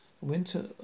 Winter